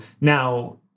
Now